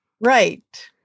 Right